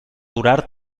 durar